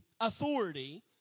authority